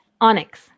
Onyx